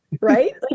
right